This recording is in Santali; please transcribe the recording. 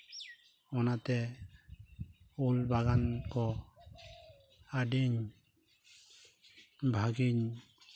ᱚᱱᱟᱛᱮ ᱩᱞᱵᱟᱜᱟᱱ ᱠᱚ ᱟᱹᱰᱤᱧ ᱵᱷᱟᱹᱜᱤᱧ